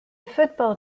football